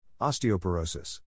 Osteoporosis